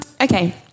okay